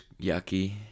yucky